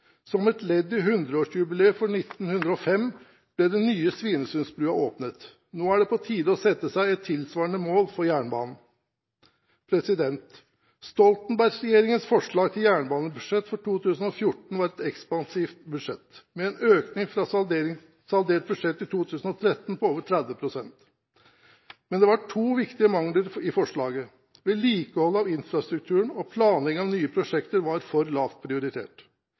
Som et ledd i 100-årsjubileet for 1905 ble den nye Svinesundsbrua åpnet. Nå er det på tide å sette seg et tilsvarende mål for jernbanen. Stoltenberg-regjeringens forslag til jernbanebudsjett for 2014 var et ekspansivt budsjett med en økning fra saldert budsjett 2013 på over 30 pst. Men det var to viktige mangler i forslaget: Vedlikeholdet av infrastrukturen og planleggingen av nye prosjekter var for lavt prioritert.